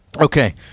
Okay